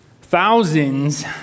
Thousands